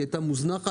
היא הייתה מוזנחת.